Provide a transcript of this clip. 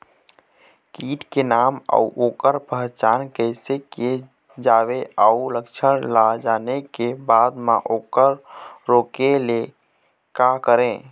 कीट के नाम अउ ओकर पहचान कैसे किया जावे अउ लक्षण ला जाने के बाद मा ओकर रोके ले का करें?